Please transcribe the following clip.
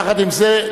יחד עם זה,